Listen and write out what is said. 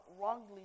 wrongly